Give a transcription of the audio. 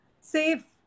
safe